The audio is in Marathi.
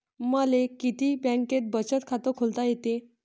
मले किती बँकेत बचत खात खोलता येते?